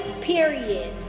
period